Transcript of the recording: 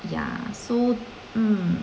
ya so mm